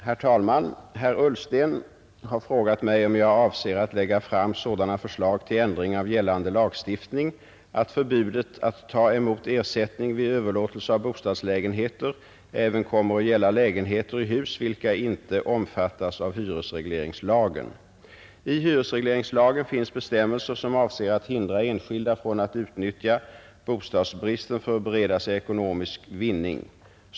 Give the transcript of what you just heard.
Herr talman! Herr Ullsten har frågat mig om jag avser att lägga fram sådana förslag till ändring av gällande lagstiftning att förbudet att ta emot ersättning vid överlåtelse av bostadslägenheter även kommer att gälla lägenheter i hus vilka inte omfattas av hyresregleringslagen. I hyresregleringslagen finns bestämmelser som avser att hindra enskilda från att utnyttja bostadsbristen för att bereda sig ekonomisk vinning.